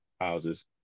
houses